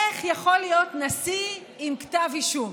איך יכול להיות נשיא עם כתב אישום?